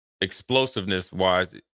explosiveness-wise